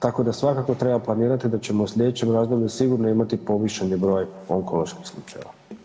Tako da svakako treba planirati da ćemo u sljedećem razdoblju sigurno imati povišeni broj onkoloških slučajeva.